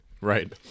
Right